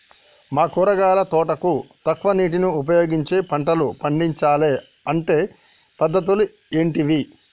మా కూరగాయల తోటకు తక్కువ నీటిని ఉపయోగించి పంటలు పండించాలే అంటే పద్ధతులు ఏంటివి?